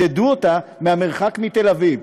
מדדו אותה מהמרחק מתל אביב,